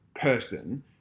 person